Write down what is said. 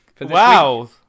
wow